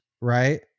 Right